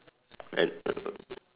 and err